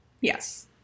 yes